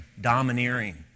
domineering